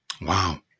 wow